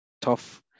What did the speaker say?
tough